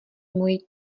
mojí